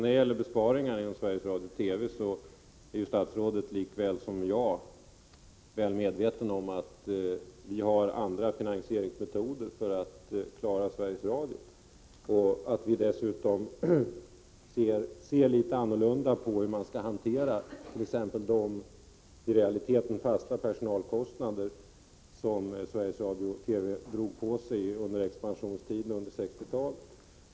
När det gäller besparingar inom Sveriges Radio och TV är statsrådet lika väl medveten som jag om att vi har andra finansieringsmetoder för att klara Sveriges Radio och att vi dessutom har en annan syn på hur man skall hantera de i realiteten fasta personalkostnader som Sveriges Radio och TV drog på sig under expansionstiden på 1960-talet.